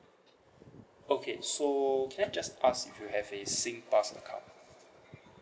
okay so can I just ask if you have a singpass account